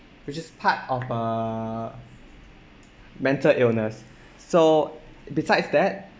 which is part of a mental illness so besides that